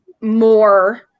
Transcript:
more